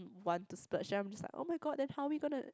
want to splurge then I'm just like oh-my-god then how we gonna